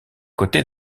côté